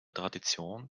tradition